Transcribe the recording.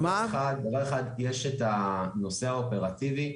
דבר אחד יש את הנושא האופרטיבי,